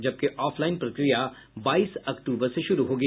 जबकि ऑफलाइन प्रक्रिया बाईस अक्टूबर से शुरू होगी